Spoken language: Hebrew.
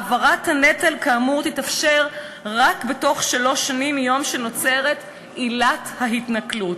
העברת הנטל כאמור תתאפשר רק בתוך שלוש שנים מיום שנוצרת עילת ההתנכלות.